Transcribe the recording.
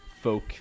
folk